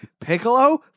Piccolo